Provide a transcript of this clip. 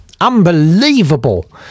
unbelievable